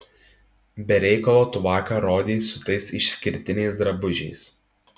be reikalo tu vakar rodeis su tais išskirtiniais drabužiais